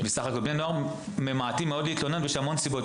בני נוער ממעטים להתלונן ויש לזה הרבה סיבות.